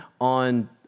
on